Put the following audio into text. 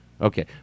okay